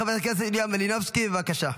חברת הכנסת יוליה מלינובסקי, בבקשה.